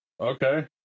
Okay